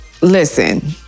listen